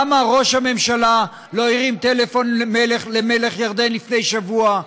למה ראש הממשלה לא הרים טלפון למלך ירדן לפני שבוע,